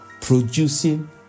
producing